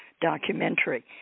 documentary